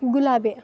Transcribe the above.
ಗುಲಾಬಿ